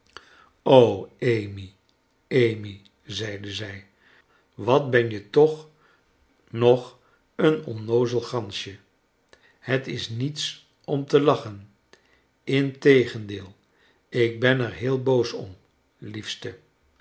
amy amy zeide zij wat ben je toch nog een onnoozel gansje het is niets om te lachen integendeel ik ben er heel boos om liefste